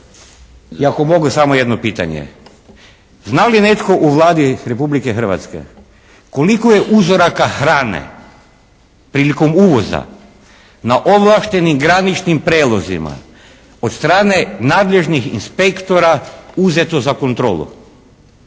Ako mogu samo jedno pitanje? Zna li netko u Vladi Republike Hrvatske koliko je uzoraka hrane prilikom uvoza, na ovlaštenim graničnim prijelazima od strane nadležnih inspektora uzeto za kontrolu?